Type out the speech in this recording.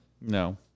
No